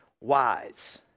wise